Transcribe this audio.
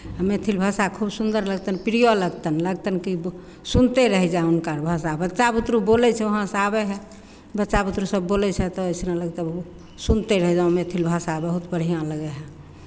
आ मैथिल भाषा खूब सुन्दर लगतनि प्रिय लगतनि लगतनि कि सुनिते रहि जाउ हुनकर भाषा बच्चा बुतरू बोलै छै वहाँसँ आबै हइ बच्चा बुतरूसभ बोलै छै तऽ अइसन लगतै ओ सुनिते रहि जाउँ मैथिल भाषा बहुत बढ़िआँ लगै हइ